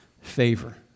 favor